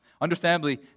Understandably